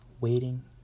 waiting